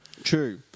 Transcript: True